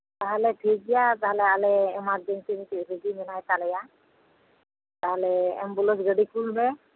ᱛᱟᱦᱚᱞᱮ ᱴᱷᱤᱠᱜᱮᱭᱟ ᱛᱟᱦᱚᱞᱮ ᱟᱞᱮ ᱮᱢᱟᱨᱡᱮᱱᱥᱤ ᱢᱤᱫᱴᱤᱱ ᱨᱩᱜᱤ ᱢᱮᱱᱟᱭ ᱛᱟᱞᱮᱭᱟ ᱛᱟᱦᱚᱞᱮ ᱮᱢᱵᱩᱞᱮᱱᱥ ᱜᱟᱹᱰᱤ ᱠᱩᱞ ᱢᱮ